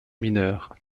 mineures